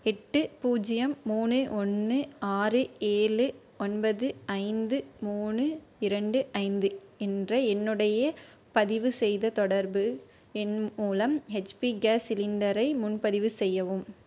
எட்டு பூஜ்ஜியம் மூணு ஒன்று ஆறு ஏழு ஒன்பது ஐந்து மூணு இரண்டு ஐந்து என்ற என்னுடைய பதிவுசெய்த தொடர்பு எண் மூலம் ஹச்பி கேஸ் சிலிண்டரை முன்பதிவு செய்யவும்